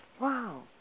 wow